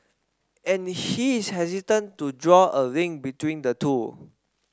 and he is hesitant to draw a link between the two